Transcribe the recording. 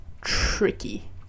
tricky